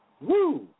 Woo